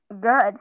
good